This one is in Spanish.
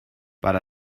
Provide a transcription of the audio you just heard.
para